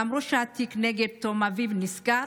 למרות שהתיק נגד טום אביב נסגר